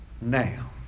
Now